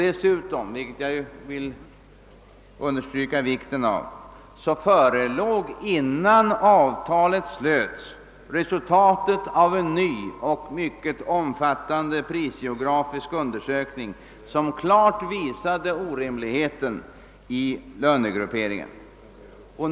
Dessutom, vilket jag vill understryka vikten av, förelåg innan avtalet slöts reresultatet av en ny och mycket omfattande prisgeografisk undersökning som klart visade orimligheten i lönegrupperingen.